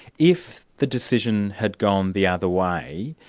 if the decision had gone the other way,